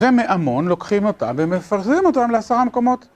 ומהמון לוקחים אותם ומפזרים אותם לעשרה מקומות